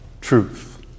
Truth